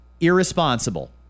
irresponsible